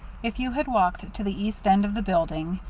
if you had walked to the east end of the building,